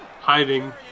Hiding